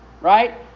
right